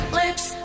lips